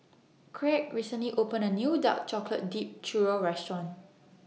Kraig recently opened A New Dark Chocolate Dipped Churro Restaurant